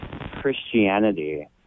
Christianity